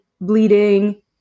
bleeding